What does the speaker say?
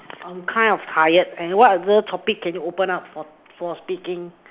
I'm kind of tired on what other topic can you open up for for speaking